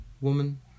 Woman